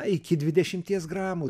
iki dvidešimties gramų